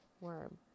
Worm